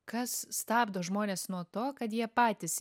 kas stabdo žmones nuo to kad jie patys